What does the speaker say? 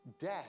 Death